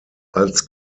als